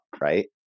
right